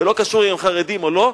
וזה לא קשור אם הם חרדים או לא,